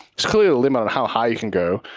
there's clearly a limit on how high you can go,